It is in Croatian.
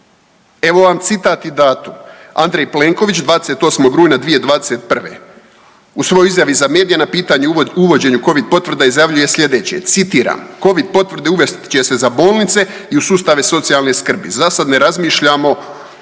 Evo vam citat i datum, Andrej Plenković 28. rujna 2021. u svojoj izjavi za medije na pitanje o uvođenju covid potvrda izjavljuje slijedeće, citiram: Covid potvrde uvest će se za bolnice i u sustave socijalne skrbi. Za sad ne razmišljamo